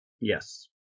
yes